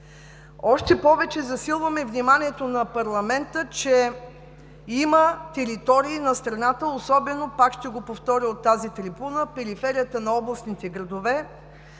Още повече засилваме вниманието на парламента, че има територии на страната, пак ще повторя от тази трибуна, особено периферията на областните градове,